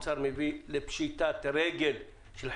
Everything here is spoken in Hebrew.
הוועדה ממליצה וקוראת לחשב הכללי באוצר לערוך מכרז לרכישת כרטיסי טיסה